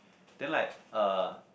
then like uh